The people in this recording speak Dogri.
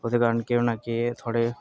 ओह्दे कारण केह् होना के थुआढ़े